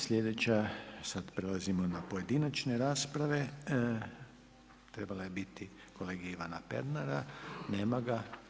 Sljedeća, sada prelazimo na pojedinačne rasprave, trebala je biti kolege Ivana Pernara, nema ga.